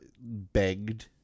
begged